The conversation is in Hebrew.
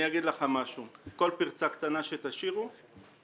כל פרצה קטנה שתשאירו,